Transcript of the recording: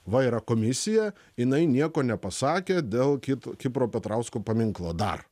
va yra komisija jinai nieko nepasakė dėl kit kipro petrausko paminklo dar